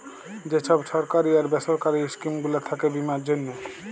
যে ছব সরকারি আর বেসরকারি ইস্কিম গুলা থ্যাকে বীমার জ্যনহে